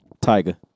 Tiger